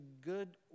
good